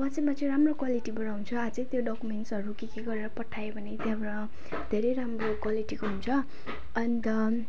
वाट्सएपमा चाहिँ राम्रो क्वालिटीबाट हुन्छ अझै त्यो डोक्युमेन्ट्सहरू के के गरेर पठायो भने त्यहाँबाट धेरै राम्रो क्वालिटीको हुन्छ अन्त